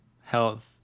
health